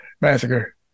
Massacre